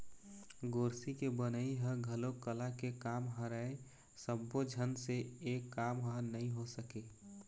गोरसी के बनई ह घलोक कला के काम हरय सब्बो झन से ए काम ह नइ हो सके